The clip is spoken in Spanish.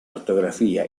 ortografía